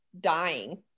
dying